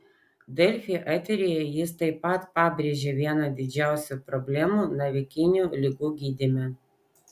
delfi eteryje jis taip pat pabrėžė vieną didžiausių problemų navikinių ligų gydyme